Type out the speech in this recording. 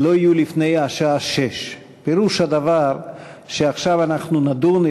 לא יהיו לפני השעה 18:00. פירוש הדבר שעכשיו אנחנו נדון,